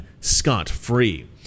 scot-free